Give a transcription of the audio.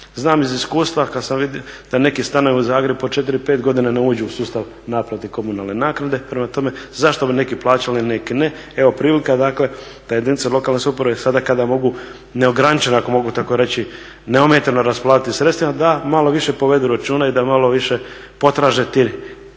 Znam iz iskustva kada sam vidio da neki stanovi u Zagrebu po 4, 5 godina ne uđu u sustav naplate komunalne naknade, prema tome, zašto bi neki plaćali a neki ne. Evo prilika dakle da jedinice lokalne samouprave sada kada mogu neograničeno ako mogu tako reći, neometano raspolagati sredstvima da malo više povedu računa i da malo više potraže te